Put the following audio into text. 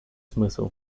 смысл